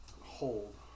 hold